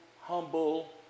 humble